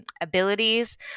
abilities